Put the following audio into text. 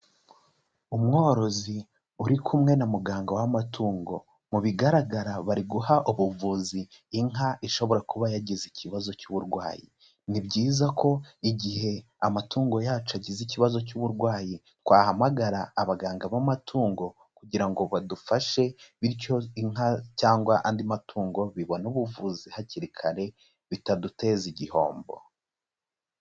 Umworozi uri kumwe na muganga w'amatungo, mu bigaragara bari guha ubuvuzi inka ishobora kuba yagize ikibazo cy'uburwayi, ni byiza ko igihe amatungo yacu agize ikibazo cy'uburwayi, twahamagara abaganga b'amatungo kugira ngo badufashe bityo inka cyangwa andi matungo bibone ubuvuzi hakiri kare, bitaduteza igihombo.